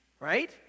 Right